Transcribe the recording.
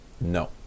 No